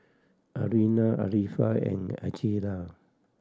Aina Arifa and Aqeelah